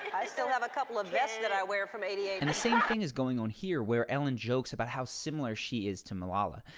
i still have a couple of vests that i wear from eighty eight. and the same thing is going on here where ellen jokes about how similar she is to malala.